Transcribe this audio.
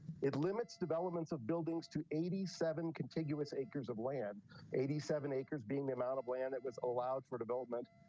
it limits developments of buildings to eighty seven contiguous acres of land eighty seven acres being the amount of land that was allowed for development.